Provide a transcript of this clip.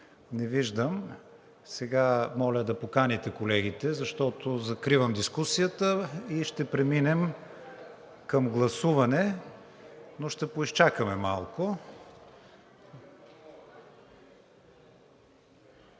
Не виждам. Моля да поканите колегите, защото закривам дискусията и ще преминем към гласуване, но ще поизчакаме малко.